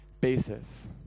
basis